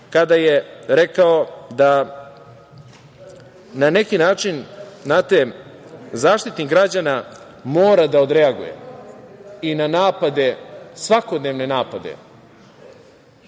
kada je rekao da na neki način Zaštitnik građana mora da odreaguje i na svakodnevne napade